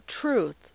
truth